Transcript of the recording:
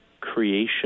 creation